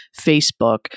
Facebook